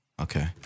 Okay